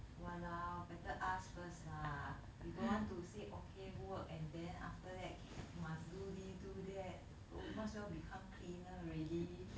!walao! better ask first lah you don't want to say okay work and then after that can~ must do this do that we must well become cleaner already